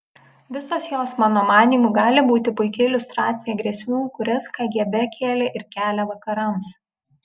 visos jos mano manymu gali būti puiki iliustracija grėsmių kurias kgb kėlė ir kelia vakarams